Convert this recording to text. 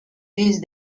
these